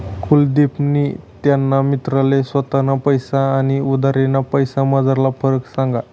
कुलदिपनी त्याना मित्रले स्वताना पैसा आनी उधारना पैसासमझारला फरक सांगा